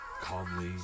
calmly